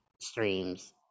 streams